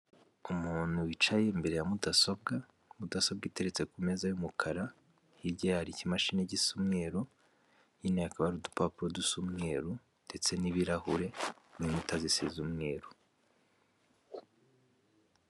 Umuntu wicaye imbere ya mudasobwa, mudasobwa iteretse ku meza y'umukara, hirya hari ikimashini gisa umweru hino hakaba udupapuro dusa umweruru ndetse n'ibirahure n'inkuta zisize umweru.